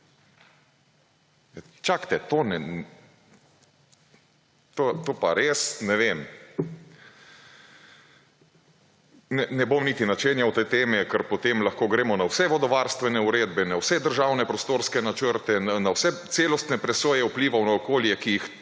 to pa res, ne vem… Ne bom niti načenjal te teme, ker potem lahko gremo na vse vodovarstvene uredbe, na vse državne prostorske načrte, na vse celostne presoje vplivov na okolje, ki jih